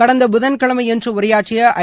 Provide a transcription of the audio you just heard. கடந்த புதன் கிழமை அன்று உரையாற்றிய ஐ